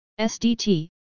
SDT